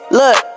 look